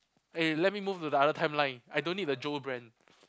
eh let me move to the other timeline I don't need the Joe brand